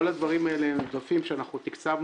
כל הדברים האלה הם עודפים שתקצבנו,